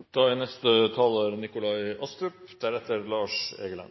Saksordføreren har på en utmerket måte redegjort for